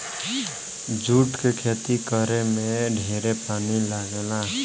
जुट के खेती करे में ढेरे पानी लागेला